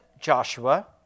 Joshua